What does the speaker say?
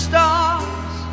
Stars